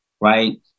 right